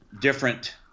different